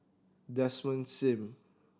Desmond Sim